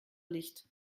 licht